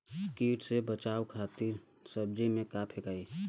कीट से बचावे खातिन सब्जी में का फेकाई?